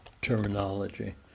terminology